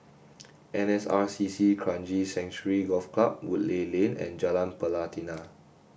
N S R C C Kranji Sanctuary Golf Club Woodleigh Lane and Jalan Pelatina